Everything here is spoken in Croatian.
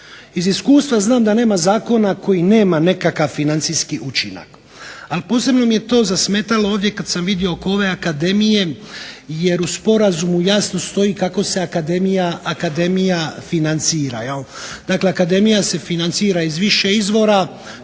Iz iskustva znam da nema zakona koji nema nekakav financijski učinak. Ali posebno mi je to zasmetalo ovdje kad sam vidio oko ove akademije, jer u sporazumu jasno stoji kako se akademija financira. Dakle, akademija se financira iz više izvora.